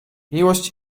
miłość